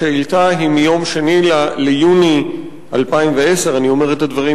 השאילתא היא מיום 2 ביוני 2010. אני אומר את הדברים